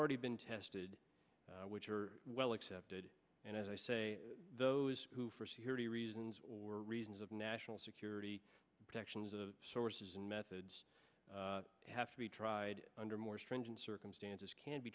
already been tested which are well accepted and as i say those who for security reasons or reasons of national security protections of sources and methods have to be tried under more stringent circumstances can't be